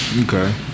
okay